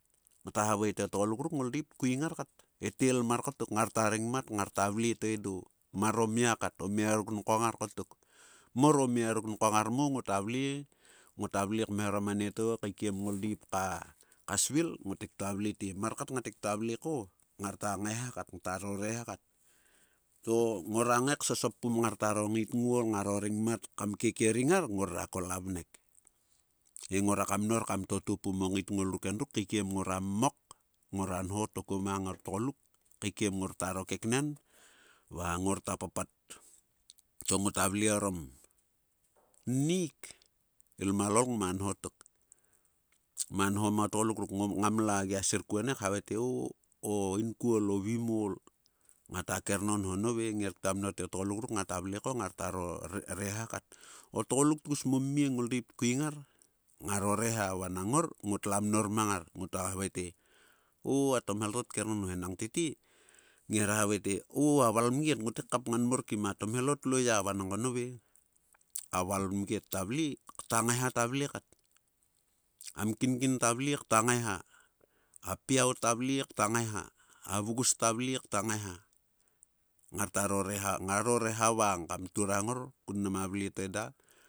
Ngata havae te o tgoluk ngoldeip tkuing ngar kat. E tel mar kotok ngar ta rengmat ngorta vle to edo. Mar o mia kat. O mia yuk rukong ngarkotok. Mor o mia ruk nkong ngar mo ngota vle ngota vle kmeharom anieto kai kiem ngoldeipb ka ja svil ngote ktua vle te. Mar kat ngat te ktua vle ko ngarta ngaeha kat. ngta ro reha kat. To ngora ngae ksosop pum ngaro ngait ngaol ngaro rengmat kam kekereng ngar. ng kol a vnek. He ngora ka mnor kam totu pum o ngaitngol ruk endruk kaikiem ngora mok ngord nho to kua mang o tgoluk kaikiem ngortaro keknen va ngorta papat to ngota vle orom. Nniik. ilmalol ngma nho tok. Ngma nho mo tgoluk ruk ngom ngam la gia sir kuon he khavae te o-o inkuol o vimalo ngata kernonho. nove nger ktua mnor te o tgoluk ruk ngata vle ko ngarta ro reha kat. O tgoluk tgus mo mmie. ngoldeip tkuing ngar ngaro reha vanang ngor ngot lua mnor mang ngar. Ngota havae te. o-a tomhel to tkernonho. enang tete. ngero havae te o-a valmget. ngote kkapngan mor kim a tomhelo tlo ya vanang ko nove a valmget ta vle kta ngaet ta vle kat. A mkin kin ta vle. kta ngaeha piau ta vle. kta ngaeha. A vgus ta vle kta ngaeha. Ngartaro reha ngaro reha vang kam turung ngor kun mnama vle to eda.